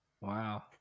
Wow